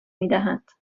میدهند